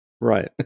Right